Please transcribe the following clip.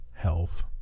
health